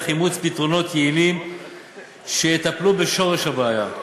אימוץ פתרונות יעילים שיטפלו בשורש הבעיה.